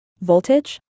Voltage